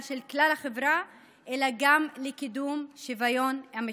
של כלל החברה אלא גם לקידום שוויון אמיתי.